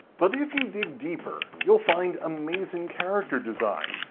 but if you dig deeper, you'll find amazing character design,